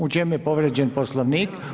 U čem je povrijeđen Poslovnik?